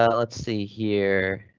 and let's see here.